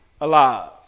alive